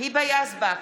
היבה יזבק,